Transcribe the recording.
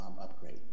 upgrade